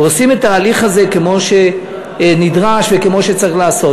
ועושים את ההליך הזה כמו שנדרש וכמו שצריך לעשות.